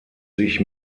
sich